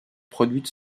produites